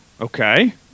Okay